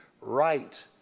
right